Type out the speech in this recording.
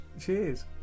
cheers